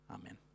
Amen